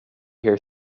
here